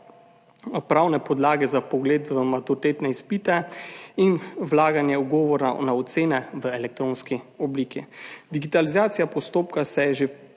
pravne podlage za vpogled v maturitetne izpite in vlaganje ugovora na ocene v elektronski obliki. Digitalizacija postopka se je že